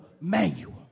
manual